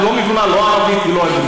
אז את לא מבינה לא ערבית ולא עברית.